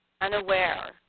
unaware